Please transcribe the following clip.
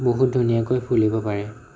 বহুত ধুনীয়াকৈ ফুলিব পাৰে